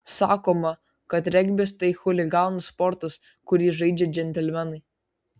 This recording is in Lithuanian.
sakoma kad regbis tai chuliganų sportas kurį žaidžia džentelmenai